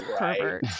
right